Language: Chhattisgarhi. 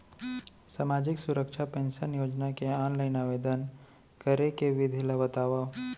सामाजिक सुरक्षा पेंशन योजना के ऑनलाइन आवेदन करे के विधि ला बतावव